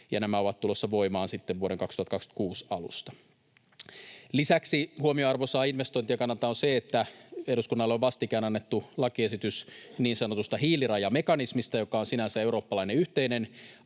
ja nämä ovat tulossa voimaan sitten vuoden 2026 alusta. Lisäksi huomionarvoisaa investointien kannalta on se, että eduskunnalle on vastikään annettu lakiesitys niin sanotusta hiilirajamekanismista, joka on sinänsä eurooppalainen yhteinen